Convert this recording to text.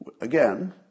Again